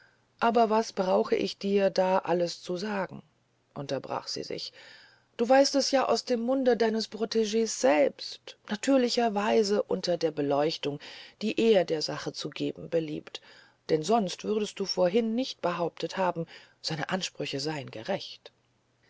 aber was brauche ich dir das alles zu sagen unterbrach sie sich du weißt es ja aus dem munde deines protegs selbst natürlicherweise unter der beleuchtung die er der sache zu geben beliebt denn sonst würdest du vorhin nicht behauptet haben seine ansprüche seien gerecht